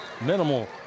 minimal